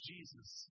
Jesus